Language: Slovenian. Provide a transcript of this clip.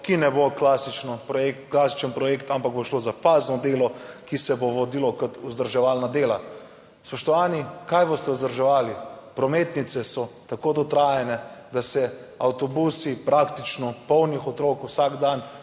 projekt, klasičen projekt, ampak bo šlo za fazno delo, ki se bo vodilo kot vzdrževalna dela. Spoštovani, kaj boste vzdrževali? Prometnice so tako dotrajane, da se avtobusi, praktično polni otrok, vsak dan